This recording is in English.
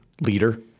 leader